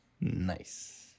Nice